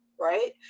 right